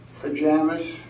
pajamas